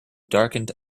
darkened